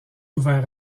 ouvert